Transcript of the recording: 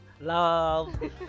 love